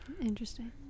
Interesting